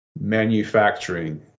manufacturing